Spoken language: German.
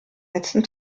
letzten